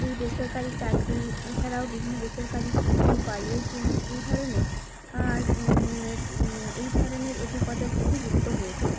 এই বেসরকারি চাকরি এছাড়াও বিভিন্ন বেসরকারি স্কুল কলেজ এই এই ধরনের আর এই ধরনের অভিজ্ঞতার সাথে যুক্ত হয়েছে